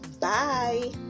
Bye